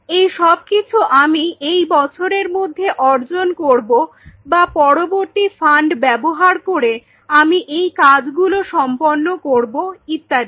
এইসব কিছু আমি এই বছরের মধ্যে অর্জন করবো বা পরবর্তী ফান্ড ব্যবহার করে আমি এই কাজগুলো সম্পন্ন করব ইত্যাদি